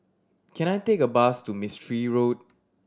can I take a bus to Mistri Road